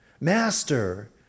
Master